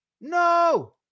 No